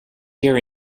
year